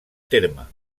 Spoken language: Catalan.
terme